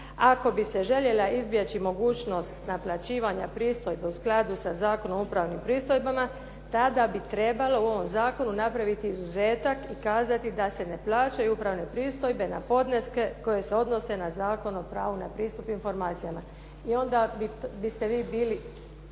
Ako bi se željela izbjeći mogućnost naplaćivanja pristojbe u skladu sa Zakonom o upravnim pristojbama tada bi trebalo u ovom zakonu napraviti izuzetak i kazati da se ne plaćaju upravne pristojbe na podneske koji se odnose na Zakon o pravu na pristup informacijama. I onda biste vi bili